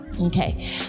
Okay